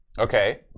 Okay